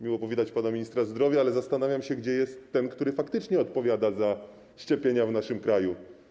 Miło powitać pana ministra zdrowia, ale zastanawiam się, gdzie jest ten, który faktycznie odpowiada za szczepienia w naszym kraju.